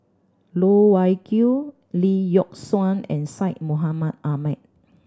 Loh Wai Kiew Lee Yock Suan and Syed Mohamed Ahmed